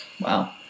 Wow